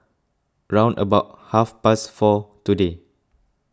round about half past four today